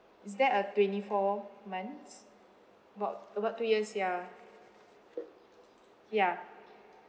is there a twenty four months about about two years ya ya